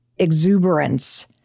exuberance